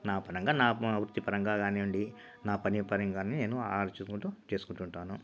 నా పరంగా నా ఊ వృత్తి పరంగా కానివ్వండి నా పని పరంగానే నేను ఆలోచించుకుంటూ చేసుకుంటాను